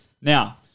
Now